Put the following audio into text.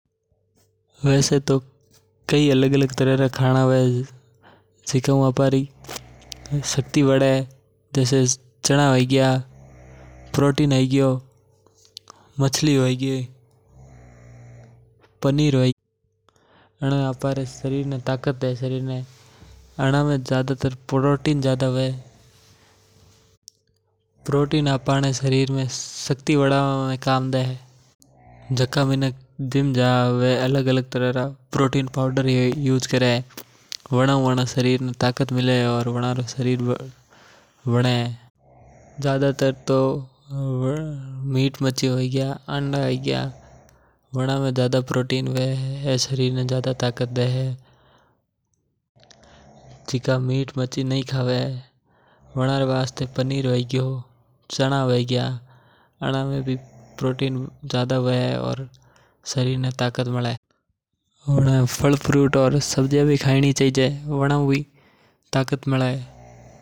वेसे तो कई अलग-अलग तरह रा खाना हवे जिके हु आपरी शक्ति वड़े। जेसे चणा होई गिया प्रोटीन है गियो फल फ्रूट है गिया माछली है गी पनीर है गियो। अनाने खावा हु आपरे शरीर ने ताकत मले। प्रोटीन हु ज्यादा ताकत मले जिम जवा वाला मानक प्रोटीन लिया करे। और ज्यादातर तो मीट माछी है गिया वना में ज्यादा प्रोटीन हवे।